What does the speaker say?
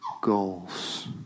goals